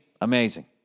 amazing